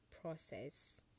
process